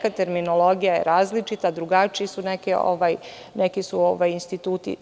Neka terminologija je različita, drugačiji su neki instituti.